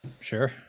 Sure